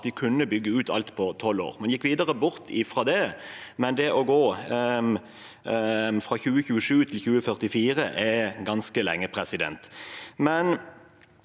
at de kunne bygge ut alt på 12 år. Man gikk bort fra det, men det å gå fra 2027 til 2044 er ganske lenge. Selv